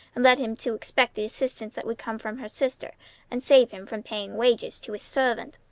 and led him to expect the assistance that would come from her sister and save him from paying wages to a servant.